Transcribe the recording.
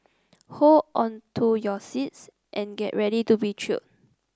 hold on to your seats and get ready to be thrilled